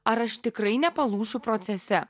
ar aš tikrai nepalūšiu procese